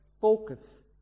focus